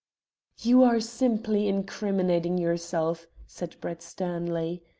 you are simply incriminating yourself, said brett sternly.